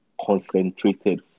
concentrated